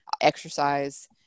exercise